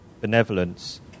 benevolence